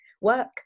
work